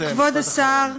לכבוד השר,